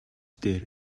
дээр